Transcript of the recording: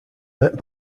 met